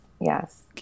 yes